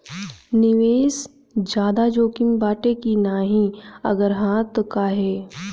निवेस ज्यादा जोकिम बाटे कि नाहीं अगर हा तह काहे?